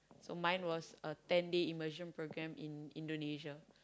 so mine was a ten day immersion programme in Indonesia